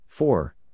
Four